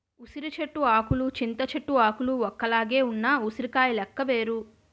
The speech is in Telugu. ఉసిరి చెట్టు ఆకులు చింత చెట్టు ఆకులు ఒక్కలాగే ఉన్న ఉసిరికాయ లెక్క వేరు